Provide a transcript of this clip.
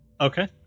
Okay